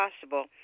possible